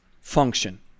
function